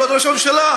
כבוד ראש הממשלה,